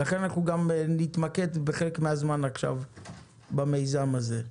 ולכן אנחנו גם נתמקד בחלק מהזמן עכשיו במיזם הזה.